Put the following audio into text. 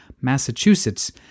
Massachusetts